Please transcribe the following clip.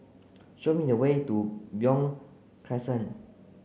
show me the way to Beo Crescent